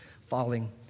falling